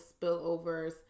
spillovers